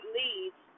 leads